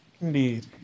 Indeed